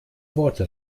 worte